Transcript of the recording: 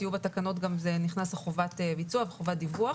בתקנות נכנסת חובת הביצוע וחובת דיווח.